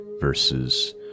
versus